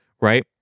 Right